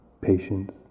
patience